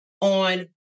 on